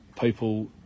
people